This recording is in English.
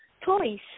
toys